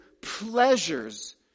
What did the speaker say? pleasures